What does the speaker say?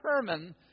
determine